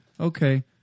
okay